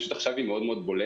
פשוט עכשיו היא מאוד בולטת.